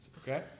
Okay